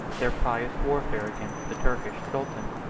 their pious warfare against the turkish sultan.